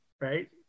right